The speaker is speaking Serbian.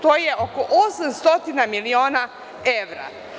To je oko 800 miliona evra.